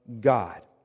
God